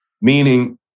meaning-